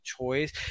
choice